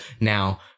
Now